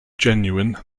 genuine